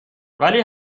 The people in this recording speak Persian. ولی